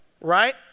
right